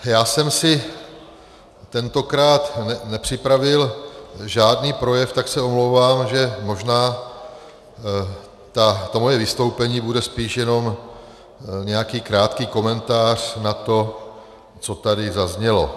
Já jsem si tentokrát nepřipravil žádný projev, tak se omlouvám, že možná to moje vystoupení bude spíš jenom nějaký krátký komentář k tomu, co tady zaznělo.